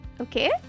okay